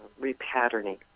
repatterning